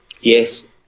Yes